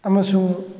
ꯑꯃꯁꯨꯡ